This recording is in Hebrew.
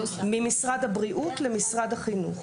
ממשרד הבריאות למשרד החינוך.